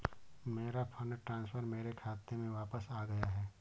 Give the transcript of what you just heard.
मेरा fund transfer मेरे खाते में वापस आ गया है